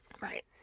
Right